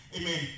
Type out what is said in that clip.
amen